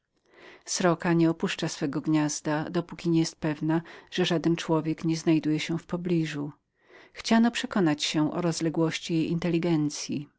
nie opuszcza swego gniazda dopóki jest przekonaną że człowiek znajduje się w jej pobliżu chciano zapewnić się o rozległości jej